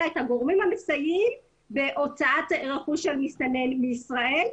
את הגורמים המסייעים בהוצאת רכוש של מסתנן אל מחוץ לישראל.